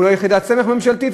הוא לא יחידת סמך ממשלתית,